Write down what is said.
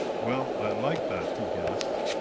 well, i like that! he gasped.